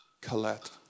Colette